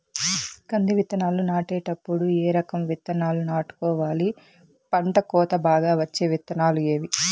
కంది విత్తనాలు నాటేటప్పుడు ఏ రకం విత్తనాలు నాటుకోవాలి, పంట కోత బాగా వచ్చే విత్తనాలు ఏవీ?